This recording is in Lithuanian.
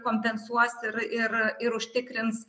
kompensuos ir ir ir užtikrins